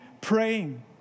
praying